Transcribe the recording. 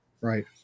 Right